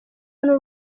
n’u